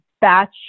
batch